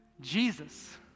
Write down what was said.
Jesus